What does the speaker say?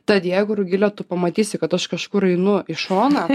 tad jeigu rugile tu pamatysi kad aš kažkur einu į šoną